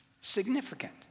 Significant